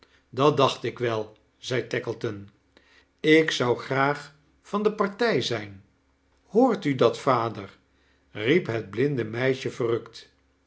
dat dacht ik wel zei tackleton ik zou graag van de partij zdjn hoort u dat vader riep het blinde meisje